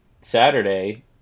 Saturday